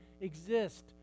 exist